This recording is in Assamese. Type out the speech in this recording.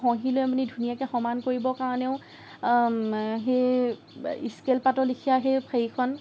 ঘহিলৈ আপুনি ধুনীয়াকে সমান কৰিবৰ কাৰণেও সেই স্কেলপাতৰ লেখীয়া সেই হেৰিখন